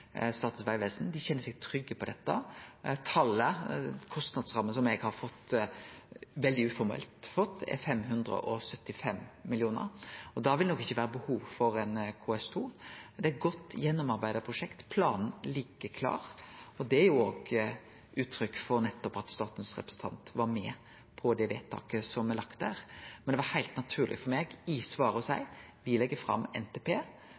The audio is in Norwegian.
Statens vegvesen. Dei kjenner seg trygge på dette. Talet, kostnadsramma, som eg veldig uformelt har fått, er 575 mill. kr. Da vil det nok ikkje vere behov for KS2. Det er eit godt, gjennomarbeidd prosjekt. Planen ligg klar, og det er òg eit uttrykk for at statens representant var med på det vedtaket som er lagt der. Men det var heilt naturleg for meg i svaret å seie at me legg fram NTP